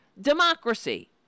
democracy